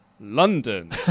London